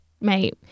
mate